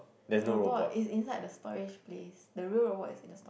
the robot is inside the storage place the real robot is in the storage